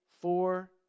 four